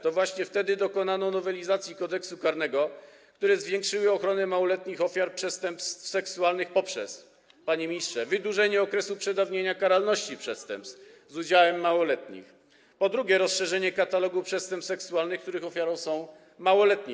To właśnie wtedy dokonano nowelizacji Kodeksu karnego, które zwiększyły ochronę małoletnich ofiar przestępstw seksualnych, panie ministrze, poprzez wydłużenie okresu przedawnienia karalności przestępstw z udziałem małoletnich oraz rozszerzenie katalogu przestępstw seksualnych, których ofiarami są małoletni.